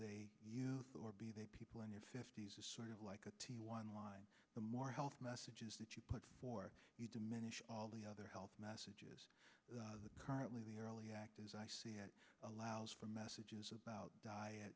they you or be they people in your fifty's is sort of like a t one line the more health messages that you put forth you diminish all the other health messages the currently the early act as i see it allows for messages about diet